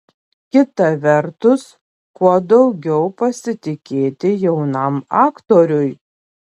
kita vertus kuo daugiau pasitikėti jaunam aktoriui